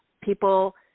People